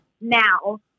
now